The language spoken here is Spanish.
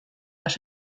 las